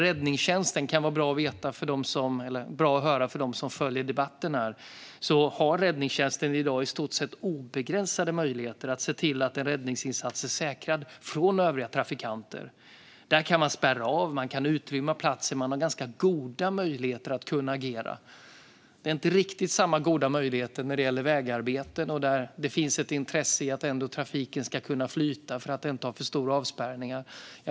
Räddningstjänsten har i dag - det kan vara bra att höra för dem som följer debatten - i stort sett obegränsade möjligheter att se till att en räddningsinsats är skyddad från övriga trafikanter. Där kan man spärra av. Man kan utrymma platsen. Man har ganska goda möjligheter att agera. Det är inte riktigt samma goda möjligheter när det gäller vägarbeten, där det finns ett intresse av att trafiken ändå ska kunna flyta och av att inte ha för stora avspärrningar.